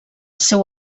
seu